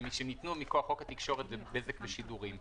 שמי שניתנו מכוח חוק התקשורת אלה בזק ושידורים.